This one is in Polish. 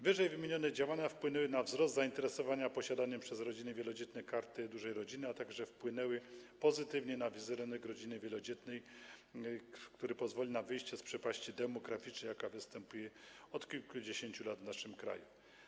Wyżej wymienione działania wpłynęły na wzrost zainteresowania posiadaniem przez rodziny wielodzietne Karty Dużej Rodziny, a także wpłynęły pozytywnie na wizerunek rodziny wielodzietnej, który pozwoli na wyjście z przepaści demograficznej, jaka występuje od kilkudziesięciu lat w naszym kraju.